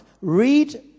Read